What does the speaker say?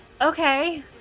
Okay